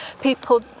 People